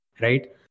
Right